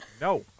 No